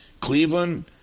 Cleveland